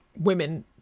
women